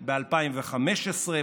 ב-2015,